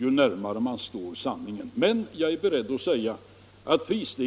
Ju närmare man står sanningen desto bättre är det för den politiska debatten.